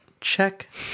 Check